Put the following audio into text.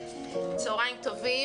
צוהריים טובים.